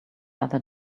other